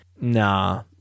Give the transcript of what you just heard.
Nah